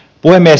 puhemies